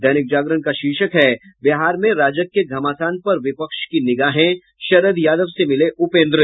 दैनिक जागरण का शीर्षक है बिहार में राजग के घमासान पर विपक्ष की निगाहें शरद यादव से मिले उपेंद्र